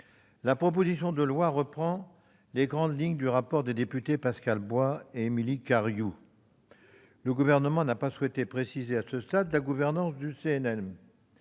La proposition de loi reprend les grandes lignes du rapport des députés Pascal Bois et Émilie Cariou. Le Gouvernement n'a pas souhaité préciser, à ce stade, la gouvernance du CNM.